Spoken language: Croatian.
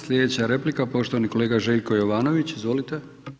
Slijedeća replika poštovani kolega Željko Jovanović, izvolite.